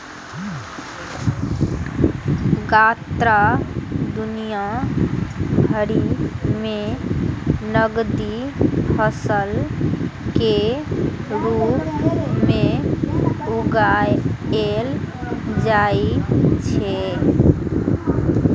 गन्ना दुनिया भरि मे नकदी फसल के रूप मे उगाएल जाइ छै